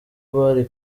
bari